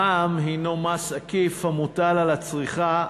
המע"מ הוא מס עקיף המוטל על צריכה,